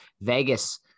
Vegas